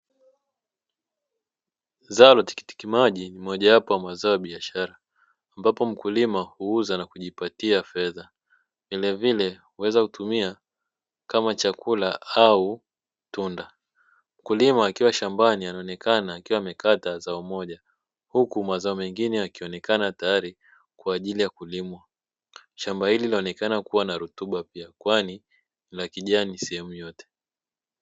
Tikitiki maji mojawapo ya mazao ya biashara ambapo mkulima huuza na kujipatia fedha vilevile huweza kutumia au tunda kulima wakiwa shambani, anaonekana akiwa amekata za umoja huku mwanzo mengine akionekana tayari kwa ajili ya kuli ma shamba hili linaonekana kuwa na rutuba mjangwani la kijani sehemu yote.